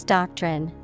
Doctrine